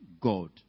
God